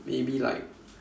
maybe like